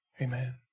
Amen